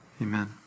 Amen